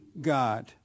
God